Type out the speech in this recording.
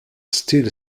still